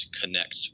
connect